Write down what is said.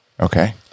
Okay